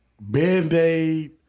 Band-Aid